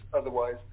otherwise